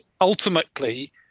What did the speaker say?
ultimately